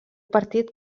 partit